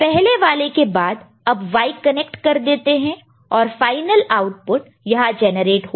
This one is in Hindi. पहले वाले के बाद अब Y कनेक्ट कर देते हैं और फाइनल आउटपुट यहां जनरेट होगा